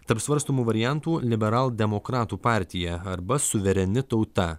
tarp svarstomų variantų liberaldemokratų partija arba suvereni tauta